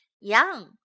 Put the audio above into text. Young